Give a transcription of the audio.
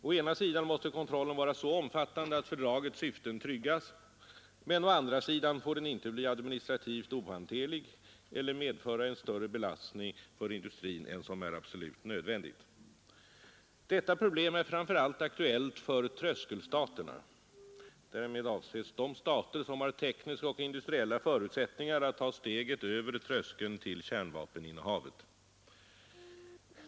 Å ena sidan måste kontrollen vara så omfattande att fördragets syften tryggas, men å andra sidan får den inte bli administrativt ohanterlig eller medföra en större belastning för industrin än som är absolut nödvändigt. Detta problem är framför allt aktuellt för ”tröskelstaterna” — de stater som har tekniska och industriella förutsättningar att ta steget över tröskeln till kärnvapeninnehavet.